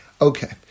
Okay